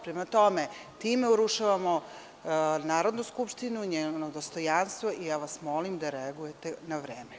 Prema tome, time urušavamo Narodnu skupštinu, njeno dostojanstvo i ja vas molim da reagujete na vreme.